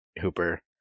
Hooper